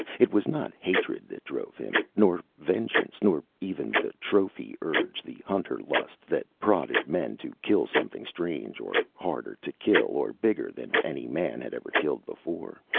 it was not hatred that drove him, nor vengeance, nor even the trophy-urge the hunter-lust that prodded men to kill something strange or harder to kill or bigger than any man had ever killed before.